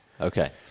Okay